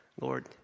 Lord